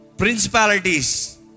Principalities